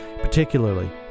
particularly